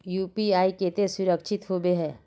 UPI केते सुरक्षित होबे है?